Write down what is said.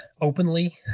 openly